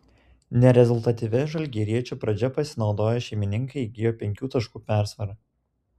nerezultatyvia žalgiriečių pradžia pasinaudoję šeimininkai įgijo penkių taškų persvarą